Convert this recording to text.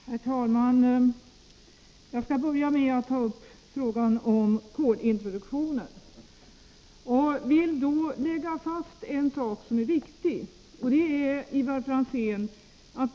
Herr talman! Jag skall börja med att ta upp frågan om kolintroduktionen och vill då, Ivar Franzén, lägga fast ett par saker som är viktiga. 1.